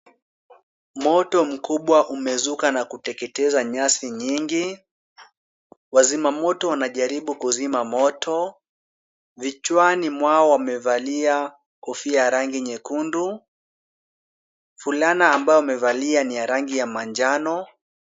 Moto mkubwa umezuka na kuteketeza nyasi nyingi. Wazima moto wanajaribu kuzima moto. Vichwani mwao wamevalia kofia ya rangi nyekundu. Fulana ambayo wamevalia ni ya rangi ya manjano.